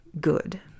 good